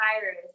virus